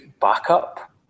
backup